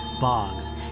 bogs